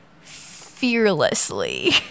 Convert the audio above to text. fearlessly